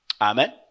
Amen